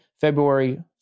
February